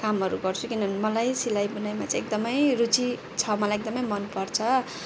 कामहरू गर्छु किनभने मलाई सिलाइ बुनाइमा चाहिँ एकदमै रुचि छ मलाई एकदमै मनपर्छ